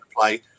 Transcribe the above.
play